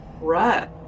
Right